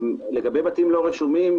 לגבי בתים לא רשומים,